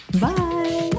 Bye